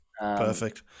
perfect